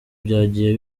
byagiye